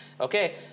Okay